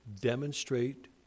demonstrate